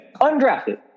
Undrafted